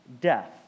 death